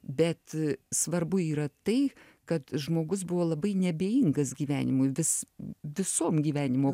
bet svarbu yra tai kad žmogus buvo labai neabejingas gyvenimui vis visom gyvenimo